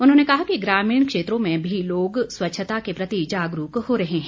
उन्होंने कहा कि ग्रामीण क्षेत्रों में भी लोग स्वच्छता के प्रति जागरूक हो रहे हैं